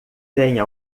tenha